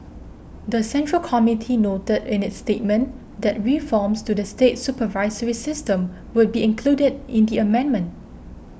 the Central Committee noted in its statement that reforms to the state supervisory system would be included in the amendment